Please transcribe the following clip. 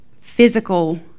physical